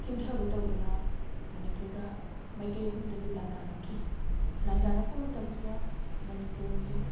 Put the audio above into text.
ꯊꯤꯟꯊꯕ ꯇꯧꯗꯅ ꯃꯅꯤꯄꯨꯔꯗ ꯃꯥꯏꯀꯩ ꯑꯍꯨꯝꯗꯒꯤ ꯂꯥꯟꯗꯥꯔꯛꯈꯤ ꯂꯥꯟꯗꯔꯛꯄ ꯃꯇꯝꯁꯤꯗ ꯃꯅꯤꯄꯨꯔꯒꯤ